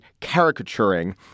caricaturing